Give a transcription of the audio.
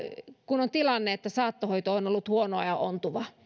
kun on tilanne että saattohoito on ollut huonoa ja ontuvaa